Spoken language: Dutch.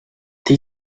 die